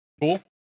Cool